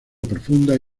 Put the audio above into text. profundas